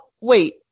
wait